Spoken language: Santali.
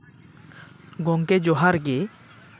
ᱜᱚᱢᱠᱮ ᱡᱚᱦᱟᱨ ᱜᱮ